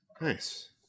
Nice